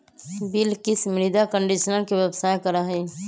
बिलकिश मृदा कंडीशनर के व्यवसाय करा हई